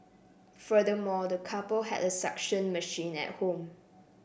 furthermore the couple had a suction machine at home